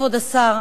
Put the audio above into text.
כבוד השר,